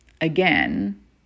Again